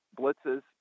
blitzes